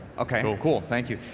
okay, cool, thank you.